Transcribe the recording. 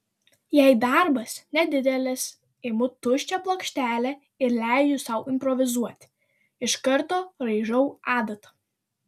jei darbas nedidelis imu tuščią plokštelę ir leidžiu sau improvizuoti iš karto raižau adata